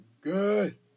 good